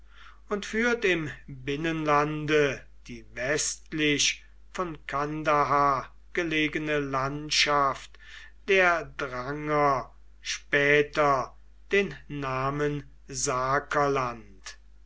und führt im binnenlande die westlich von kandahar gelegene landschaft der dranger später den namen